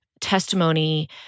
testimony